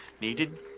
needed